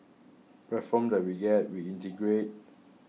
platforms that we get we integrate